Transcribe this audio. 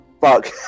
Fuck